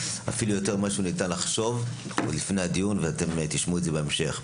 אפילו יותר ממה שניתן לחשוב עוד לפני הדיון ואתם תשמעו את זה בהמשך.